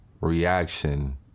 reaction